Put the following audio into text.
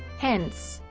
hence,